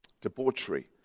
Debauchery